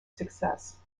success